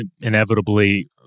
inevitably